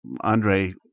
andre